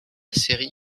série